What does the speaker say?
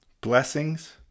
Blessings